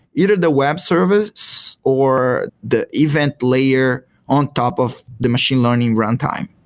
either the web service, or the event layer on top of the machine learning runtime.